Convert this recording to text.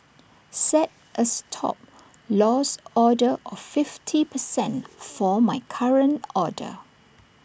set A Stop Loss order of fifty percent for my current order